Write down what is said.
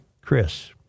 Chris